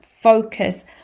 focus